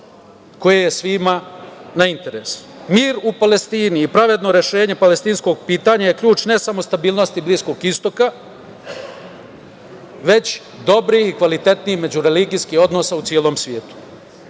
koje je svima na interes. Mir u Palestini i pravedno rešenje palestinskog pitanja je ključ ne samo stabilnosti Bliskog istoka, već dobrih i kvalitetnih međureligijskih odnosa u celom